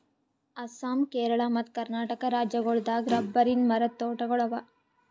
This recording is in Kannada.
ಅಸ್ಸಾಂ ಕೇರಳ ಮತ್ತ್ ಕರ್ನಾಟಕ್ ರಾಜ್ಯಗೋಳ್ ದಾಗ್ ರಬ್ಬರಿನ್ ಮರದ್ ತೋಟಗೋಳ್ ಅವಾ